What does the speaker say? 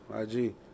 IG